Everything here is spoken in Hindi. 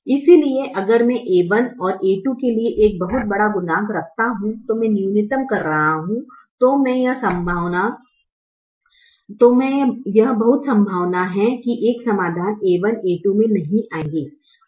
इसलिए अगर मैं a1 और a2 के लिए एक बहुत बड़ा गुणांक रखता हूं और मैं न्यूनतम कर रहा हूं तो यह बहुत संभावना है कि एक समाधान a1 और a2 में नहीं आएगे